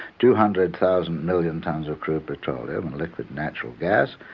two hundred thousand million tonnes of crude petroleum and liquid natural gas,